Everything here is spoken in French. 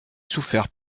souffert